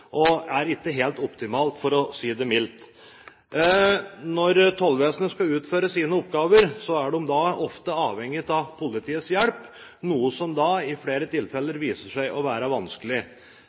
og at det ikke er helt optimalt, for å si det mildt. Når tollvesenet skal utføre sine oppgaver, er de ofte avhengig av politiets hjelp, noe som i flere tilfeller viser seg å være vanskelig.